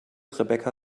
rebecca